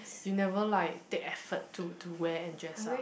you never like take effort to to wear and dress up